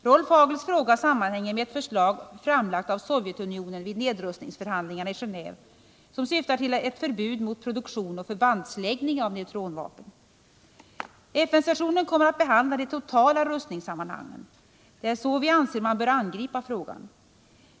Rolf Hagels fråga sammanhänger med ett förslag framlagt av Sovjetunionen vid nedrustningsförhandlingarna i Geneve som syftar till ett förbud mot produktion och förbandsläggning av neutronvapnen. FN-sessionen kommer att behandla de totala rustningssammanhangen. Det är så vi anser att man bör angripa frågan.